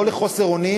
לא לחוסר אונים